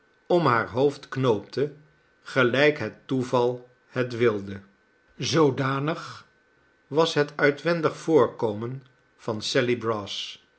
om haar hoofd knoopte gelijk het toeval het wilde zoodanig was het uitwendig voorkomen van sally brass